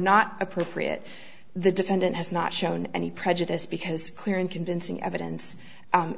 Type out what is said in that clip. not appropriate the defendant has not shown any prejudice because clear and convincing evidence